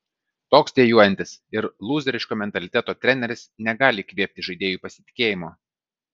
toks dejuojantis ir lūzeriško mentaliteto treneris negali įkvėpti žaidėjui pasitikėjimo